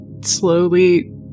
slowly